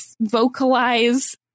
vocalize